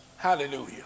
Hallelujah